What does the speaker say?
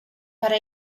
para